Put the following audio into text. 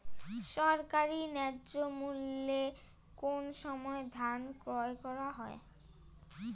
সরকারি ন্যায্য মূল্যে কোন সময় ধান ক্রয় করা হয়?